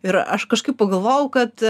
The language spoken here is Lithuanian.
ir aš kažkaip pagalvojau kad